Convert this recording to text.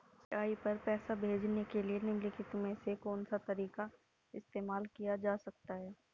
UPI पर पैसे भेजने के लिए निम्नलिखित में से कौन सा तरीका इस्तेमाल किया जा सकता है?